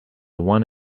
one